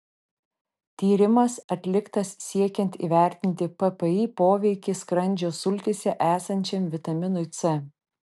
tyrimas atliktas siekiant įvertinti ppi poveikį skrandžio sultyse esančiam vitaminui c